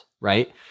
right